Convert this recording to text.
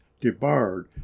debarred